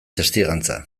testigantza